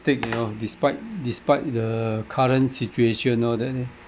you know despite despite the current situation all that